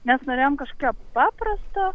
mes norėjom kažkokio paprasto